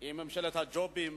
היא ממשלת הג'ובים,